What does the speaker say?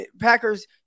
Packers